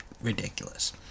ridiculous